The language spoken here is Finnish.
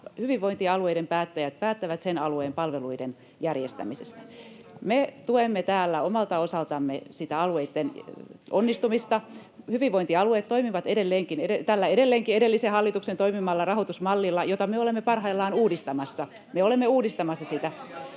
hyvinvointialueiden päättäjät päättävät sen alueen palveluiden järjestämisestä. Me tuemme täällä omalta osaltamme sitä alueitten onnistumista. [Vasemmalta: Yksityisiä tuette!] Hyvinvointialueet toimivat edelleenkin tällä edellisen hallituksen rahoitusmallilla, jota me olemme parhaillaan uudistamassa. Me olemme uudistamassa sitä.